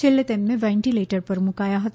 છેલ્લે તેમને વેન્ટિલેટર પર મૂકાયા હતા